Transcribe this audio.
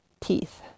teeth